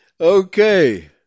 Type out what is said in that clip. Okay